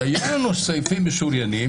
כי היו לנו סעיפים משוריינים,